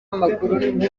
w’amaguru